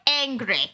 angry